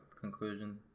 Conclusion